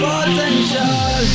Potential